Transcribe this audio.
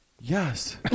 Yes